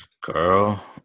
Girl